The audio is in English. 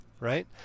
right